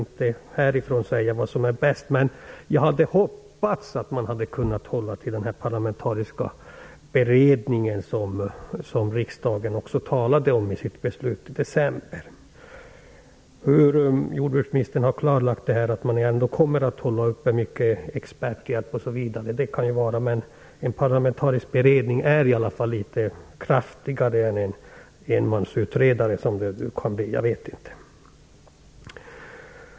Jag kan inte säga vad som är bäst, men jag hade hoppats att man skulle hålla sig till den parlamentariska beredning som man talade om i riksdagens beslut från december. Jordbruksministern har nu klargjort att man ändå kommer att ha mycket experthjälp osv, och det kan väl vara bra, men en parlamentarisk beredning är i alla fall någonting kraftigare än en enmansutredning som det nu kan bli fråga om.